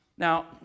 Now